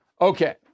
Okay